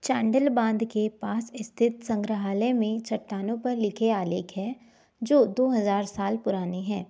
चांडिल बांध के पास स्थित संग्रहालय में चट्टानों पर लिखे आलेख हैं जो दो हज़ार साल पुराने हैं